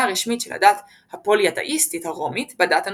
הרשמית של הדת הפוליתאיסטית הרומית בדת הנוצרית,